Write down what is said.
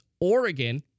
Oregon